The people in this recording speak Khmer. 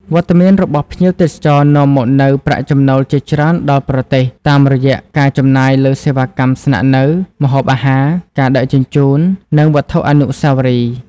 វត្តមានរបស់ភ្ញៀវទេសចរនាំមកនូវប្រាក់ចំណូលជាច្រើនដល់ប្រទេស តាមរយៈការចំណាយលើសេវាកម្មស្នាក់នៅ ម្ហូបអាហារ ការដឹកជញ្ជូន និងវត្ថុអនុស្សាវរីយ៍។